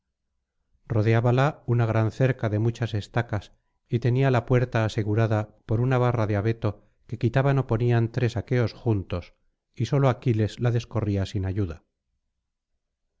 rodeábala una gran cerca de muchas estacas y tenía la puerta asegurada por una barra de abeto que quitaban ó ponían tres aqueos juntos y sólo aquiles la descorría sin ayuda